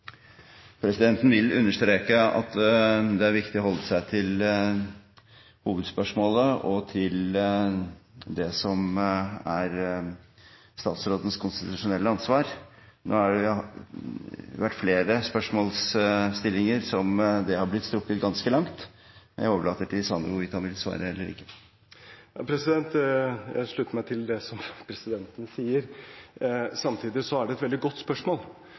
Presidenten vil understreke at det er viktig å holde seg til hovedspørsmålet og til det som er statsrådens konstitusjonelle ansvar. Nå har det vært flere spørsmål der dette har vært strukket ganske langt. Jeg overlater til Sanner hvorvidt han vil svare eller ikke. Jeg slutter meg til det som presidenten sier. Samtidig er det et veldig godt spørsmål,